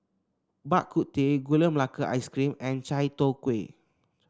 Bak Kut Teh Gula Melaka Ice Cream and Chai Tow Kway